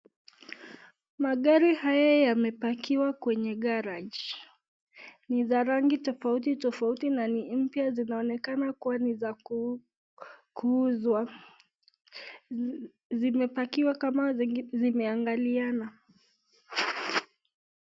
Magari haya yamepakiwa kwenye garage . Ni za rangi tofauti tofauti na ni mpya zinaonekana kuwa ni za kuuzwa. Zimepakiwa kama zimeangaliana.